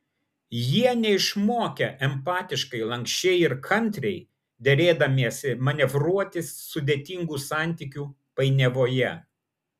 jie neišmokę empatiškai lanksčiai ir kantriai derėdamiesi manevruoti sudėtingų santykių painiavoje